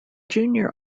junior